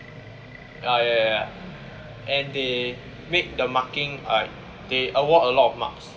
ya ya ya ya ya and they make the marking uh like they award a lot of marks